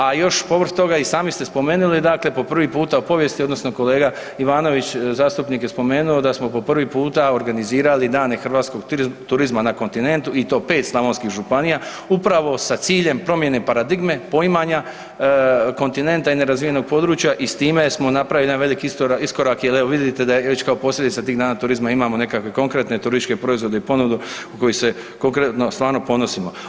A još povrh toga i sami ste spomenuli dakle po prvi puta u povijesti odnosno kolega Ivanović zastupnik je spomenuo je da smo po prvi puta organizirali dane hrvatskog turizma na kontinentu i to 5 slavonskih županija upravo sa ciljem promjene paradigme, poimanja kontinent i nerazvijenoga područja i s time smo napravili jedan veliki iskorak jer evo vidite da je već kao posljedica tih dana turizma imamo nekakve konkretne turističke proizvode i ponudu kojim se konkretno stvarno ponosimo.